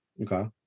Okay